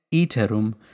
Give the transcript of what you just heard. iterum